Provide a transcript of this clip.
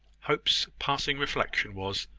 hope's passing reflection was,